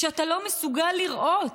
כשאתה לא מסוגל לראות,